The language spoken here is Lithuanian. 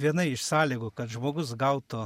viena iš sąlygų kad žmogus gautų